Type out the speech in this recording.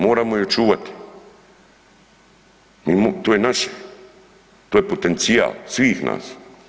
Moramo ih očuvati, to je naše, to je potencijal svih nas.